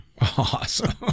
Awesome